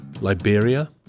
Liberia